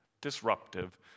disruptive